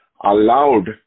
allowed